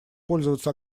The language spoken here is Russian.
пользоваться